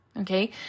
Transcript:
okay